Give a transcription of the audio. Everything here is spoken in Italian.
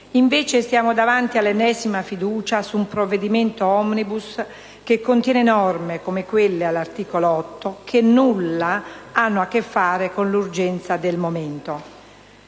invece siamo davanti all'ennesima fiducia su un provvedimento *omnibus* che contiene norme, come quelle all'articolo 8, che nulla hanno a che fare con l'urgenza del momento.